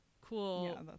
cool